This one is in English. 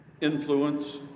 influence